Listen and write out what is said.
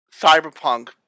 cyberpunk